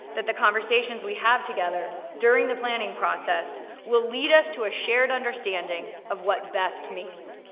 that the conversations we have together, during the planning process, will lead us to a shared understanding of what best means.